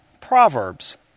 Proverbs